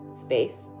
space